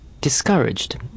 discouraged